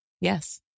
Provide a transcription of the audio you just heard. Yes